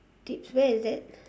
tips where is that